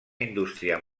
indústria